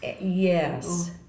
Yes